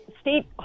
state